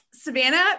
savannah